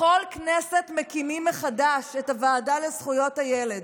בכל כנסת מקימים מחדש את הוועדה לזכויות הילד.